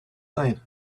line